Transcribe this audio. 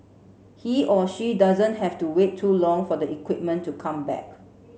he or she doesn't have to wait too long for the equipment to come back